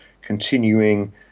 continuing